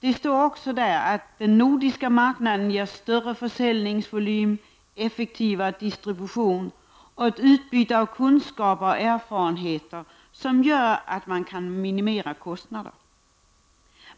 Det står också att den nordiska marknaden ger större försörjningsvolym, effektivare distribution och ett utbyte av kunskaper och erfarenheter som gör att man kan minimera kostnader.